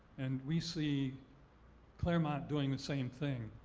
and, we see claremont doing the same thing.